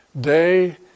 day